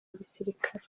gisirikare